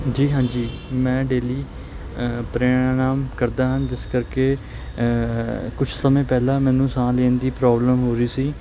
ਜੀ ਹਾਂਜੀ ਮੈਂ ਡੇਲੀ ਪ੍ਰਣਾਯਾਮ ਕਰਦਾ ਹਾਂ ਜਿਸ ਕਰਕੇ ਕੁਛ ਸਮੇਂ ਪਹਿਲਾਂ ਮੈਨੂੰ ਸਾਹ ਲੈਣ ਦੀ ਪ੍ਰੋਬਲਮ ਹੋ ਰਹੀ ਸੀ